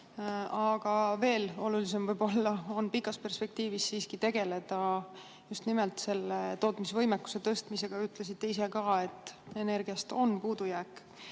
Aga veel olulisem on pikas perspektiivis siiski tegeleda just nimelt selle tootmisvõimekuse tõstmisega. Te ütlesite ise ka, et energiast on puudujääk.